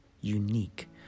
unique